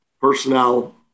personnel